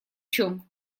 чем